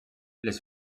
les